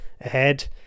ahead